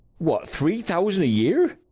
what, three thousand a-year!